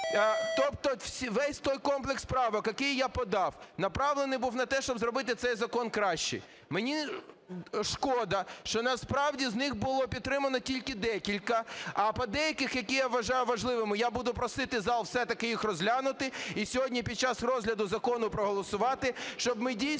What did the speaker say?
Тобто весь той комплекс правок, який я подав, направлений був на те, щоб зробити цей закон кращим. Мені шкода, що насправді з них було підтримано тільки декілька, а по деяких, які я вважаю важливими, я буду просити зал все-таки їх розглянути і сьогодні під час розгляду закону проголосувати, щоб ми, дійсно,